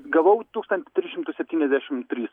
gavau tūkstantį tris šimtus septyniasdešimt trys